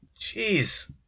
Jeez